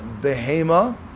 Behema